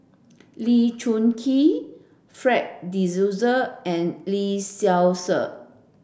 Lee Choon Kee Fred de Souza and Lee Seow Ser